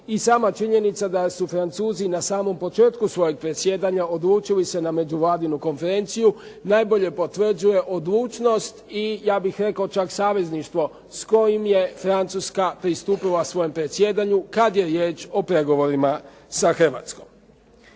i sama činjenica da su Francuzi na samom početku svojeg predsjedanja odlučili se na međuvladinu konferenciju, najbolje potvrđuje odlučnost i ja bih rekao čak savezništvo s kojim je Francuska pristupila svojem predsjedanju kad je riječ o pregovorima sa Hrvatskom.